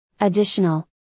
additional